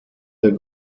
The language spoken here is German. der